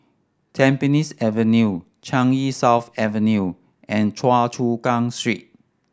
Tampines Avenue Changi South Avenue and Choa Chu Kang Street